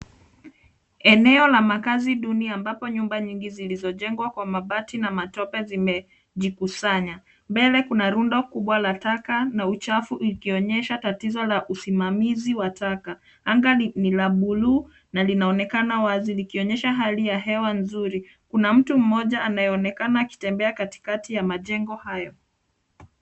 Eneo la makazi duni ambapo nyumba nyingi zilizojengwa kwa mabati na matope zimejikusanya. Mbele kuna rundo kubwa la taka ikionyesha tatizo la usimamizi wa taka. Anga ni la buluu na linaonekana wazi likionyesha hali ya hewa nzuri. Kuna mtu mmoja anayeonekana akitembea katikati ya majengo hayo.